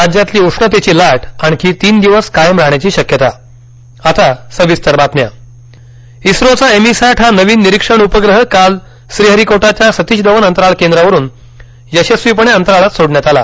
राज्यातली उष्णतेची लाट आणखी तीन दिवस कायम राहण्याची शक्यता उपग्रह इस्रोचा एमीसॅट हा नवीन निरिक्षण उपग्रह काल श्रीहरीकोटाच्या सतीश धवन अंतराळ केंद्रावरून यशस्वीपणे अंतराळात सोडण्यात आला